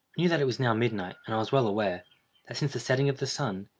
knew that it was now midnight, and i was well aware, that since the setting of the sun,